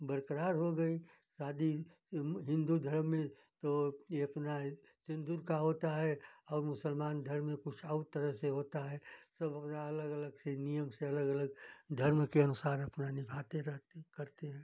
बरकरार हो गई शादी हिंदू धर्म में तो ये अपना सिंदूर का होता है और मुसलमान धर्म में कुछ और तरह से होता है सब अपना अलग अलग से नियम से अलग अलग धर्म के अनुसार अपना निभाते रहते करते हैं